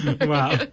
Wow